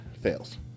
fails